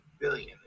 billion